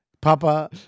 Papa